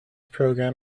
program